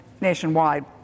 nationwide